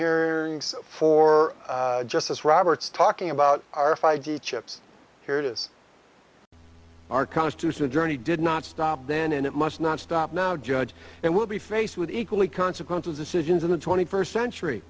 hearings for justice roberts talking about our five hundred chips here it is our constitutional journey did not stop then and it must not stop now judge and will be faced with equally consequences decisions in the twenty first century